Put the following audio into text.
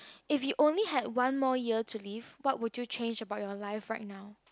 if you only had one more year to live what would you change about your life right now